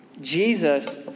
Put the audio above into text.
Jesus